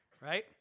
Right